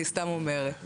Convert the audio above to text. אני סתם אומרת,